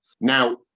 Now